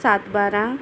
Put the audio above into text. सातबारा